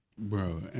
Bro